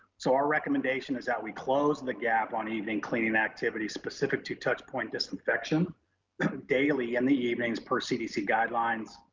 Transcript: so our recommendation is that we close the gap on evening cleaning activity specific to touchpoint disinfection daily in the evenings per cdc guidelines,